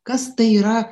kas tai yra